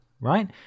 right